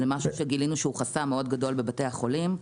זה משהו שגילינו שהוא חסם מאוד גדול בבתי החולים,